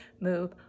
Move